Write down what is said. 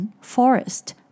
Forest